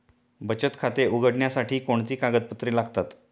बचत खाते उघडण्यासाठी कोणती कागदपत्रे लागतात?